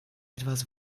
etwas